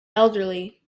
elderly